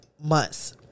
months